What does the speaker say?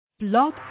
Blog